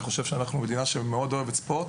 אני חושב שאנחנו מדינה שאוהבת מאוד ספורט